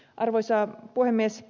arvoisa puhemies